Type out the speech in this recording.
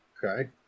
Okay